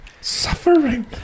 Suffering